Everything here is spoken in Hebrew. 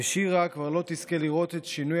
ושירה כבר לא תזכה לראות את שינוי